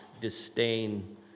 disdain